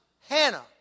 Hannah